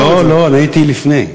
לא לא, אני הייתי לפני.